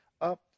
up